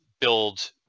build